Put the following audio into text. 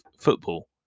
football